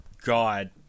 God